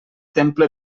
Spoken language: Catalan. temple